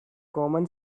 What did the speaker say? common